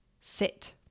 SIT